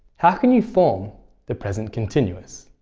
how can you form the present continuous?